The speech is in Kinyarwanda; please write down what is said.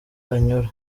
anyura